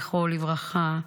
זכרו לברכה,